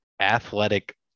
athletic